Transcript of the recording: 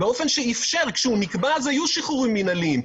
אבל כשהוא נקבע היו שחרורים מינהליים.